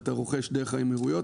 והוא רוכש דרך האמירויות,